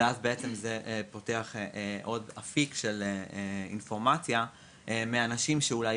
וזה פותח עוד אפיק של אינפורמציה מאנשים שאולי